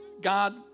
God